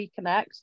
reconnect